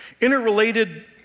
interrelated